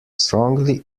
strongly